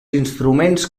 instruments